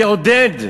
תעודד,